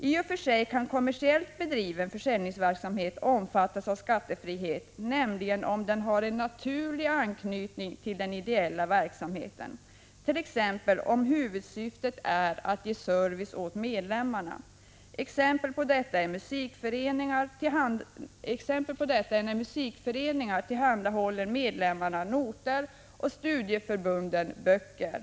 I och för sig kan kommersiellt bedriven försäljningsverksamhet omfattas av skattefrihet, om den har en naturlig anknytning till den ideella verksamheten, t.ex. om huvudsyftet är att ge service åt medlemmarna. Exempel på detta är när musikföreningar tillhandahåller medlemmarna noter och studieförbunden böcker.